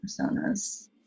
personas